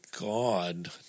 God